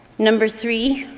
number three,